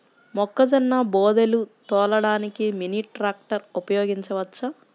మొక్కజొన్న బోదెలు తోలడానికి మినీ ట్రాక్టర్ ఉపయోగించవచ్చా?